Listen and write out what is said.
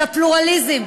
שהפלורליזם,